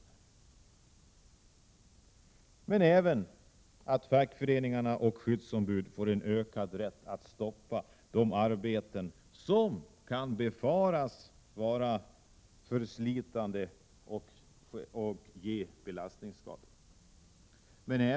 Vi vill även att fackföreningarna och skyddsombuden skall få ökad rätt att stoppa de arbeten som kan befaras vara förslitande och ge belastningsskador.